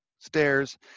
stairs